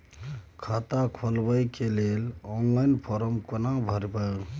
खाता खोलबेके लेल ऑनलाइन फारम केना भरु?